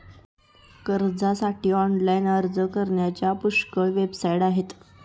कर्जासाठी ऑनलाइन अर्ज करण्याच्या पुष्कळ वेबसाइट आहेत